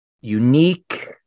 unique